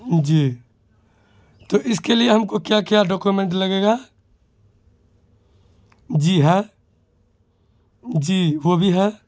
جی تو اس کے لیے ہم کو کیا کیا ڈاکومینٹ لگے گا جی ہے جی وہ بھی ہے